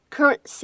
Current